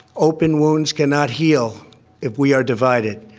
open wounds cannot heal if we are divided.